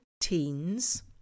teens